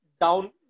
down